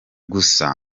gusa